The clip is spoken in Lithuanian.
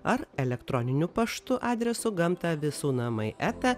ar elektroniniu paštu adresu gamta visų namai eta